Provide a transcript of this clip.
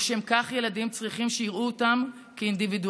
לשם כך ילדים צריכים שיראו אותם כאינדיבידואל